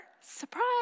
surprise